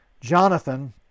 Jonathan